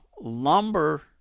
lumber